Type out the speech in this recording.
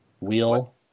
wheel